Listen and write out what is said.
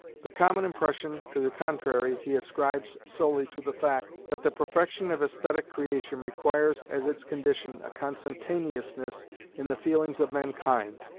the common impression to the contrary he ascribes solely to the fact, that the perfection of aesthetic creation requires as its condition a consentaneousness in the feelings of mankind,